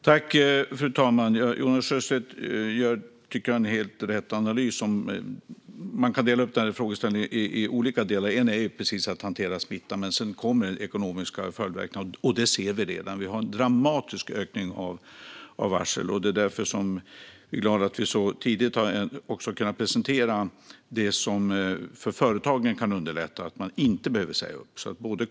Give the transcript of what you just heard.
Fru talman! Jag tycker att Jonas Sjöstedt gör en helt riktig analys. Man kan dela upp frågan i olika delar. En är att hantera smittan, och en annan är de ekonomiska följdverkningarna. Vi ser dem redan. Det är en dramatisk ökning av varsel, och det är därför vi är glada att vi tidigt har kunnat presentera det som kan underlätta för företagen så att de inte behöver ägna sig åt uppsägningar.